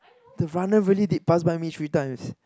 the runner really did pass by me three times